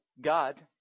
God